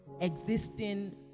existing